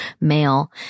male